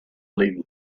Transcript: leaving